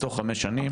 בתוך חמש שנים.